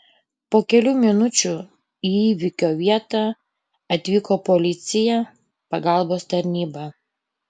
po kelių minučių į įvykio vietą atvyko policija pagalbos tarnyba